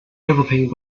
everything